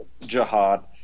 jihad